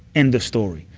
end of story.